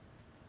oh